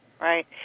Right